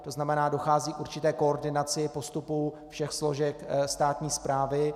To znamená, dochází k určité koordinaci postupu všech složek státní správy.